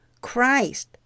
Christ